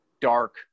dark